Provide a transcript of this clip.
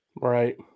right